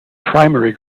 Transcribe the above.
primary